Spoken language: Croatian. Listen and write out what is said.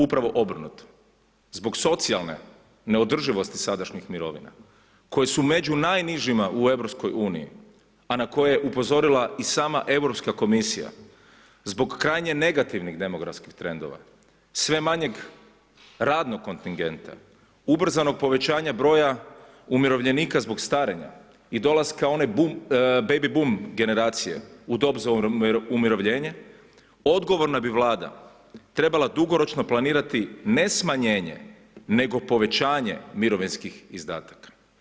Upravo obrnuto zbog socijalne neodrživosti sadašnjih mirovina koje su među najnižima u Europskoj uniji a na koje je upozorila i sama Europska komisija, zbog krajnje negativnih demografskih trendova, sve manje radnog kontingenta, ubrzanog povećanja broja umirovljenika zbog starenja i dolaska one baby bum generacije u dob za umirovljenje odgovorna bi vlada trebala dugoročno planirati ne smanjenje, nego povećanje mirovinskih izdataka.